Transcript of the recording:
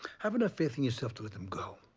have enough faith in yourself to let them go.